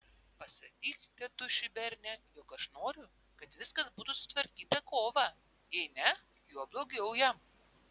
pasakyk tėtušiui berne jog aš noriu kad viskas būtų sutvarkyta kovą jei ne juo blogiau jam